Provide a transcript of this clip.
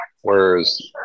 Whereas